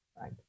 right